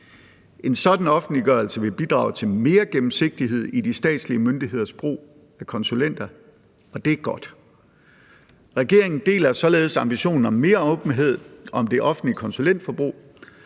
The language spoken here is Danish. En sådan offentliggørelse vil bidrage til mere gennemsigtighed i de statslige myndigheders brug af konsulenter, og det er godt. Regeringen deler således ambitionen om mere åbenhed om det offentliges konsulentforbrug,